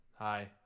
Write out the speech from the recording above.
Hi